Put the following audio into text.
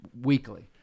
weekly